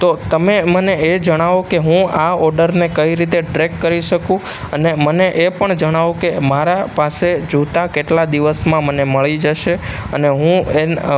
તો તમે મને એ જણાવો કે હું આ ઓર્ડરને કઈ રીતે ટ્રેક કરી શકું અને મને એ પણ જણાવો કે મારા પાસે જૂતા કેટલા દિવસમાં મને મળી જશે અને હું એને